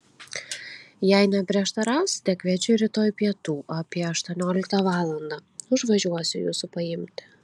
jei neprieštarausite kviečiu rytoj pietų apie aštuonioliktą valandą užvažiuosiu jūsų paimti